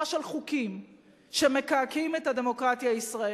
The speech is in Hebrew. של חוקים שמקעקעים את הדמוקרטיה הישראלית.